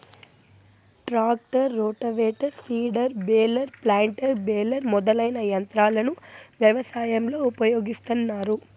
tractor, rotavator, seeder, baler, planter, baler మొదలైన యంత్రాలను వ్యవసాయంలో ఉపయోగిస్తాన్నారు